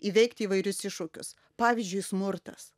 įveikt įvairius iššūkius pavyzdžiui smurtas